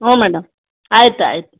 ಹ್ಞೂ ಮೇಡಮ್ ಆಯಿತು ಆಯ್ತು